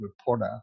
reporter